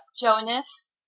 Jonas